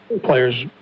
Players